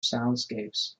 soundscapes